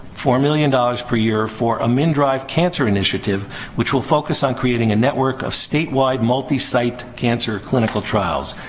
four million dollars per year, for a mndrive cancer initiative which will focus on creating a network of statewide multi-site cancer clinical trials.